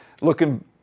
looking